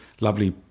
lovely